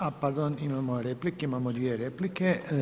A pardon, imamo replike, imamo dvije replike.